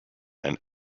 and